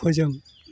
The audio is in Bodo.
फोजों